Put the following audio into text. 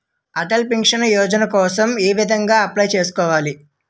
Atal pension Yojana కోసం ఏ విధంగా అప్లయ్ చేసుకోవాలి?